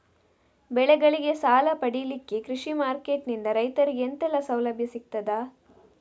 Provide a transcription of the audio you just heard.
ಬೆಳೆಗಳಿಗೆ ಸಾಲ ಪಡಿಲಿಕ್ಕೆ ಕೃಷಿ ಮಾರ್ಕೆಟ್ ನಿಂದ ರೈತರಿಗೆ ಎಂತೆಲ್ಲ ಸೌಲಭ್ಯ ಸಿಗ್ತದ?